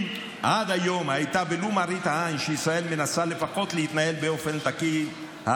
אם עד היום הייתה ולו מראית עין שישראל מנסה לפחות להתנהל באופן תקין,